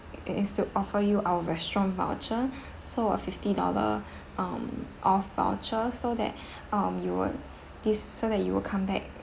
it is to offer you our restaurant voucher so a fifty dollar um off voucher so that um you would this so that you will come back